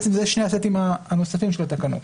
אלה שני הסטים הנוספים של התקנות